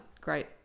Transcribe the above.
great